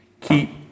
Keep